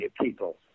people